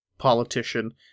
politician